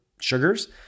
sugars